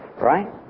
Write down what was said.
Right